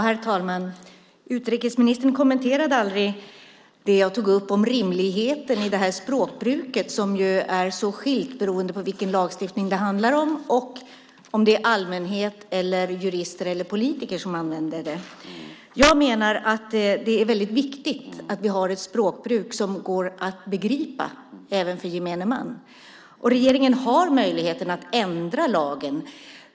Herr talman! Utrikesministern kommenterade aldrig det jag tog upp om rimligheten i det här språkbruket som skiljer sig så mycket beroende på vilken lagstiftning det handlar om och om det är allmänhet, jurister eller politiker som använder det. Jag menar att det är väldigt viktigt att vi har ett språkbruk som går att begripa även för gemene man. Regeringen har möjligheten att ändra lagen.